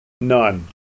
None